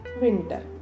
winter